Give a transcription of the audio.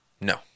No